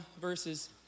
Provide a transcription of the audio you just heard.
verses